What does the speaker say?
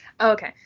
Okay